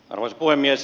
arvoisa puhemies